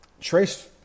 Trace